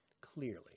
clearly